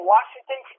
Washington